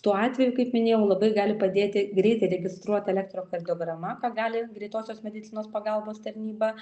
tuo atveju kaip minėjau labai gali padėti greitai registruota elektrokardiograma ką gali greitosios medicinos pagalbos tarnyba